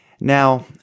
Now